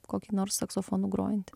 kokį nors saksofonu grojantį